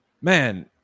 Man